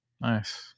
Nice